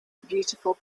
beautiful